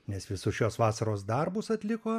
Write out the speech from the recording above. nes visus šios vasaros darbus atliko